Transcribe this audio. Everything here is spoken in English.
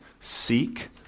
Seek